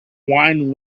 wine